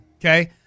Okay